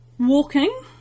Walking